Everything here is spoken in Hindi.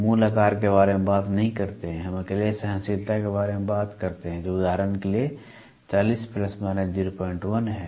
हम मूल आकार के बारे में बात नहीं करते हैं हम अकेले सहनशीलता के बारे में बात करते हैं जो उदाहरण के लिए 40 ± 01 है